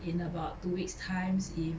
in about two weeks times if